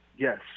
Yes